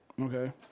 Okay